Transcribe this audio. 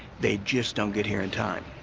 they just don't get here in time.